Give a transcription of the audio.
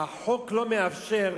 שהחוק לא מאפשר